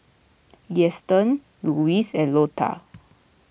Easton Lewis and Lotta